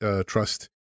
trust